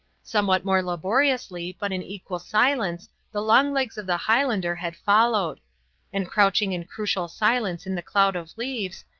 somewhat more laboriously but in equal silence the long legs of the highlander had followed and crouching in crucial silence in the cloud of leaves,